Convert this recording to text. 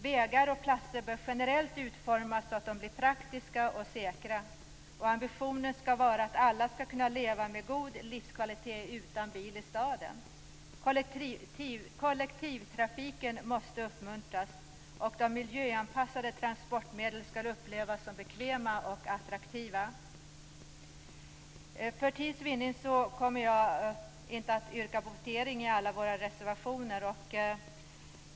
Vägar och platser bör generellt utformas så att de blir praktiska och säkra, och ambitionen skall vara att alla skall kunna leva med god livskvalitet utan bil i staden. Kollektivtrafiken måste uppmuntras, och de miljöanpassade transportmedlen skall upplevas som bekväma och attraktiva. För tids vinning kommer jag inte att begära votering på alla våra reservationer.